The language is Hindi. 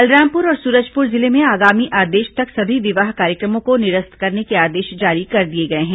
बलरामपुर और सूरजपुर जिले में आगामी आदेश तक सभी विवाह कार्यक्रमों को निरस्त करने के आदेश जारी कर दिए गए हैं